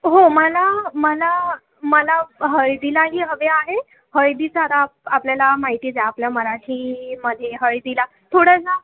हो मला मला मला हळदीलाही हवे आहे हळदीचा राप आपल्याला माहितीच आहे आपल्या मराठी मध्ये हळदीला थोडं ना